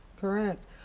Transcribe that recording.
correct